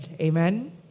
Amen